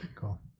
Cool